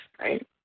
right